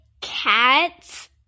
cats